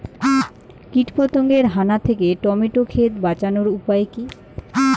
কীটপতঙ্গের হানা থেকে টমেটো ক্ষেত বাঁচানোর উপায় কি?